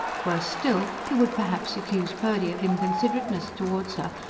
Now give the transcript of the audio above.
worse still, he would perhaps accuse purdy of inconsiderateness towards her,